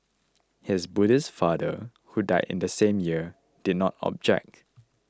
his Buddhist father who died in the same year did not object